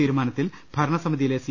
തീരുമാനത്തിൽ ഭരണസമിതിയിലെ സി